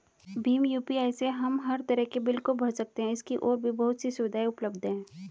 Bhim UPI से हम हर तरह के बिल को भर सकते है, इसकी और भी बहुत सी सुविधाएं उपलब्ध है